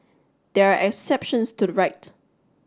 there are exceptions to the right